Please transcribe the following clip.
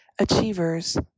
achievers